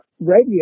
radio